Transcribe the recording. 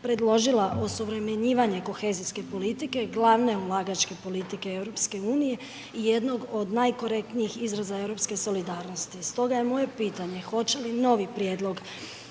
predložila osuvremenjivanje kohezijske politike, glavne ulagačke politike EU i jednog od najkorektnijeg izraza europske solidarnosti. Stoga je moje pitanje hoće li novi prijedlog